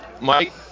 Mike